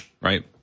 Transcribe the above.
right